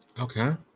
Okay